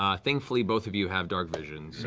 ah thankfully, both of you have darkvision, so